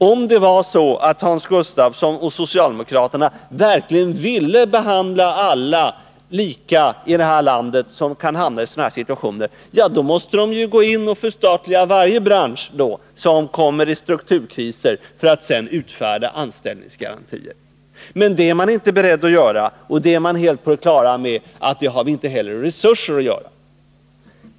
Om det verkligen var så att Hans Gustafsson och socialdemokraterna ville behandla alla lika i det här landet som hamnar i en sådan här situation, måste de då gå in och förstatliga varje bransch som kommer i strukturkriser för att sedan utfärda anställningsgarantier. Men det är man inte beredd att göra, och man är också helt på det klara med att vi inte har resurser att göra det.